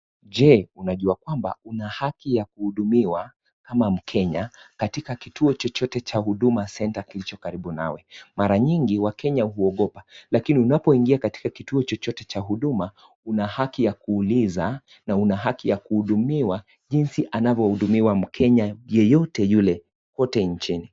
Je, unajua kwamba una haki ya kuhudumiwa kama mkenya katika kituo chochote cha Huduma center kilichokaribu nawe? Mara nyingi wakenya huogopa, lakini unapoingia kituo chochote cha huduma ,una haki ya kuuliza na una haki ya kuhudumiwa jinsi anavyohudumiwa mkenya yeyote yule kote inchini.